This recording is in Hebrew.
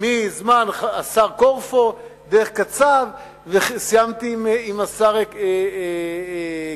מזמן השר קורפו, דרך קצב, וסיימתי עם השר קיסר.